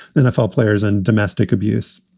the nfl players and domestic abuse.